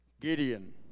Gideon